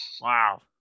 Wow